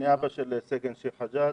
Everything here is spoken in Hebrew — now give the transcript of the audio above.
אני הרצל חג'אג',